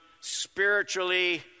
spiritually